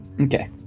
Okay